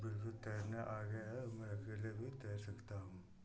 बिल्कुल तैरना आ गया है अब मैं अकेले भी तैर सकता हूँ